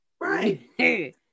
Right